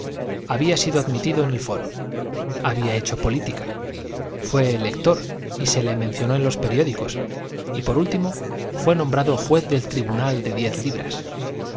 había sido admitido en el foro había hecho política fué elector y se le mencionó en los periódicos y por último fué nombrado juez del tribunal de diez libras